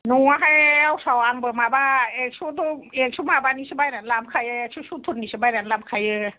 नङा हाय आवसाव आंबो माबा एक स' एक स' माबानिसो बायना लाबोखायो एक चत्तुर निसो बायना लाबोखायो